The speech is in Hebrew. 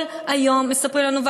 כל היום מספרים לנו,